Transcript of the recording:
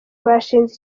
bashinze